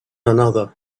another